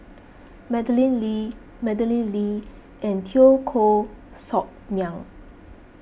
Madeleine Lee Madeleine Lee and Teo Koh Sock Miang